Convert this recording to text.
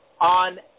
On